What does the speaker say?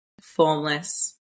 formless